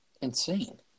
Insane